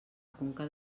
conca